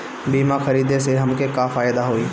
बीमा खरीदे से हमके का फायदा होई?